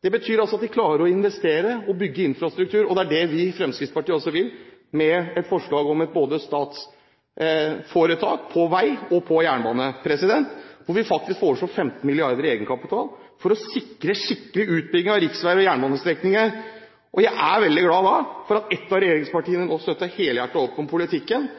Det betyr altså at de klarer å investere og bygge infrastruktur. Det er det vi i Fremskrittspartiet også vil med et forslag om et statsforetak på vei og et på jernbane og tilføre 15 mrd. kr i egenkapital for å sikre skikkelig utbygging av riksveier og jernbanestrekninger. Jeg er veldig glad for at et av regjeringspartiene nå støtter helhjertet opp om politikken